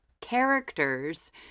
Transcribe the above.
characters